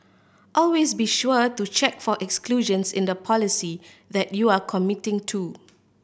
always be sure to check for exclusions in the policy that you are committing to